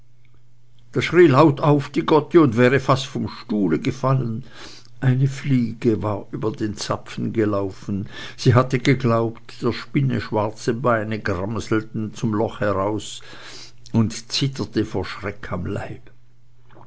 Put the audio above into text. da schrie laut auf die gotte und wäre fast vom stuhle gefallen eine fliege war über den zapfen gelaufen sie hatte geglaubt der spinne schwarze beine gramselten zum loche heraus und zitterte vor schreck am ganzen leibe